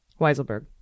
Weiselberg